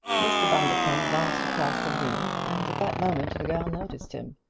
mr. bundercombe glanced across the room and at that moment the girl noticed him.